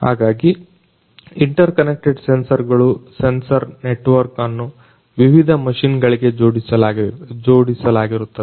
ಹಾಗಾಗಿ ಇಂಟರ್ಕನೆಕ್ಟೆಡ್ ಸೆನ್ಸರ್ಗಳು sensor network ಅನ್ನು ವಿವಿಧ ಮಷಿನ್ಗಳಿಗೆ ಜೋಡಸಿಲಾಗಿರುತ್ತದೆ